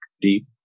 deep